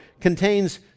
contains